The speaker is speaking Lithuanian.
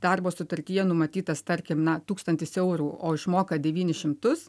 darbo sutartyje numatytas tarkim na tūkstantis eurų o išmoka devynis šimtus